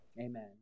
Amen